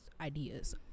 ideas